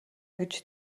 гэж